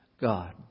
God